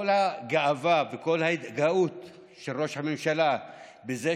כל הגאווה וכל ההתגאות של ראש הממשלה בזה